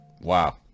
Wow